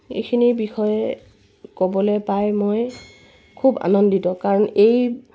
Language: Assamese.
এইখিনিৰ বিষয়ে ক'বলৈ পাই মই খুব আনন্দিত কাৰণ এই